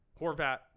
Horvat